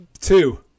two